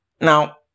Now